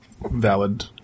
valid